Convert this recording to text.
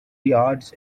yards